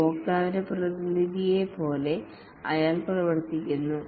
ഉപഭോക്താവിന്റെ പ്രതിനിധിയെപ്പോലെ അയാൾ പ്രവർത്തിക്കുന്നു